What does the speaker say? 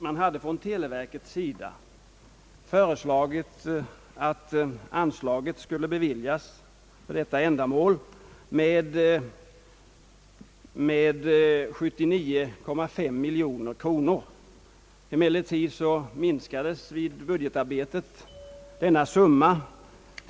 Man har från televerkets sida föreslagit att anslag med 79,8 miljoner kronor skulle beviljas för detta ändamål.